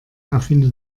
erfinde